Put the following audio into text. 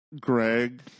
Greg